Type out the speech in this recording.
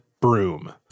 broom